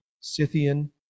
Scythian